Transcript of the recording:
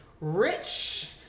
rich